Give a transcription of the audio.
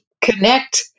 connect